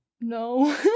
No